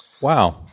Wow